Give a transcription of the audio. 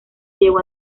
llevó